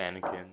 Anakin